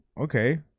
okay